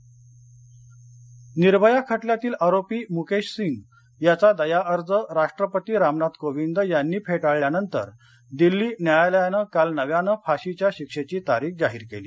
निर्भया निर्भया खटल्यातील आरोपी मुकेश सिंग याचा दया अर्ज राष्ट्रपती रामनाथ कोविंद यांनी फेटाळल्यानंतर दिल्ली न्यायालयानं काल नव्यानं फाशीच्या शिक्षेची तारीख जाहीर केली